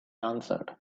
answered